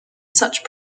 such